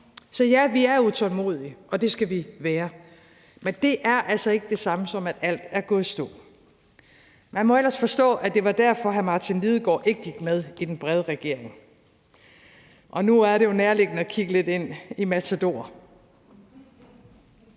Så ja, vi er utålmodige, og det skal vi være, men det er altså ikke det samme, som at alt er gået i stå. Man må ellers forstå, at det var derfor, hr. Martin Lidegaard ikke gik med i den brede regering. Nu er det jo nærliggende at kigge lidt ind i »Matador«.